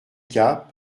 cap